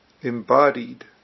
Embodied